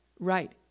Right